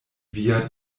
via